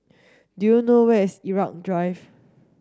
do you know where is Irau Drive